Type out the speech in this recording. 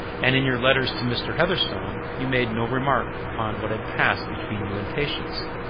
and in your letters to mr. heatherstone you made no remark upon what had passed between you and patience.